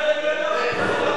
יא חתיכת מחבל.